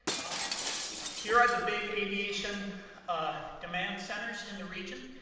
ah here are the big aviation ah demand centers in the region.